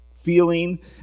Feeling